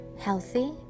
healthy